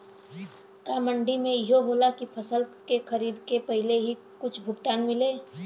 का मंडी में इहो होला की फसल के खरीदे के पहिले ही कुछ भुगतान मिले?